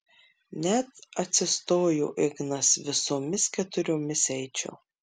net atsistojo ignas visomis keturiomis eičiau